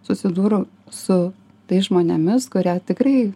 susidūriau su tais žmonėmis kurie tikrai